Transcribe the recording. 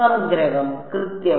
സംഗ്രഹം കൃത്യമായി